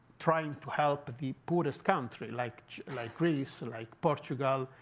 trying to help the poorest country, like like greece, like portugal,